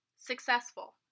successful